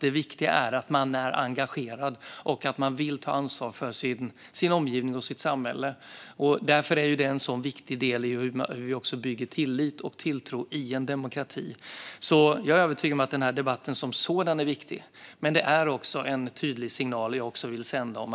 Det viktiga är att man är engagerad och att man vill ta ansvar för sin omgivning och sitt samhälle. Därför är det en så viktig del i hur vi bygger tillit och tilltro i en demokrati. Jag är övertygad om att den här debatten som sådan är viktig. Men jag vill också sända en tydlig signal om